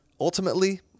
ultimately